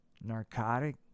narcotic